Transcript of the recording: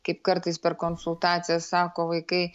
kaip kartais per konsultaciją sako vaikai